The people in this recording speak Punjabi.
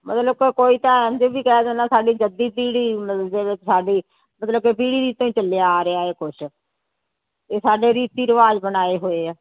ਮਤਲਬ ਕਿ ਕੋਈ ਤਾਂ ਇੰਝ ਵੀ ਕਹਿ ਦਿੰਦਾ ਸਾਡੀ ਜੱਦੀ ਪੀੜ੍ਹੀ ਜਿਹਦੇ 'ਚ ਸਾਡੀ ਮਤਲਬ ਕਿ ਪੀੜ੍ਹੀ ਚੱਲਿਆ ਆ ਰਿਹਾ ਹੈ ਕੁਛ ਇਹ ਸਾਡੇ ਰੀਤੀ ਰਿਵਾਜ਼ ਬਣਾਏ ਹੋਏ ਆ